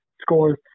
scores